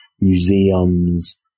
museums